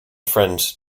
friend